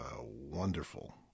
wonderful